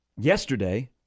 yesterday